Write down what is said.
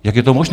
Jak je to možné?